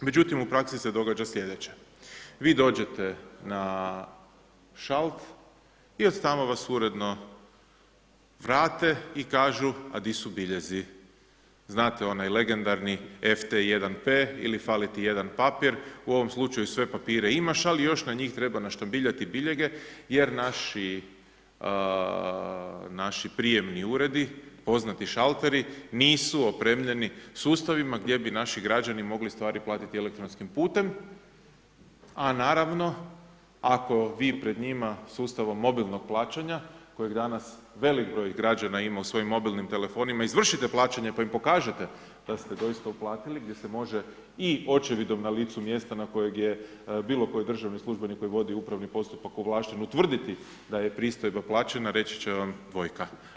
Međutim, u praksi se događa slijedeće, vi dođete na šalt i od tamo vas uredno vrate i kažu a di su biljezi, znate onaj legendarni FT1P ili fali ti jedan papir u ovom slučaju sve papire imaš, ali još na njih treba naštabiljati biljege jer naši prijavni uredi, poznati šalteri nisu opremljeni sustavima gdje bi naši građani mogli stvari platiti elektronskim putem, a naravno, ako vi pred njima, sustavom mobilnog plaćanja, koji danas velik br. građana ima u svojim mobilnim telefonima, izvršite plaćanje, pa im pokažete, da ste doista uplatili, gdje se može i očevidom na licu mjestu na kojem je bilo koji državni službenik koji vodi upravni postupak, ovlašten utvrditi d je pristojba plaćena, reći će vam dvojka.